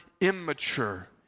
immature